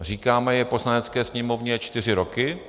Říkáme je v Poslanecké sněmovně čtyři roky.